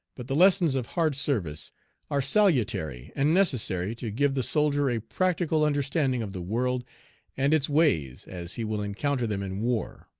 but the lessons of hard service are salutary and necessary to give the soldier a practical understanding of the world and its ways as he will encounter them in war.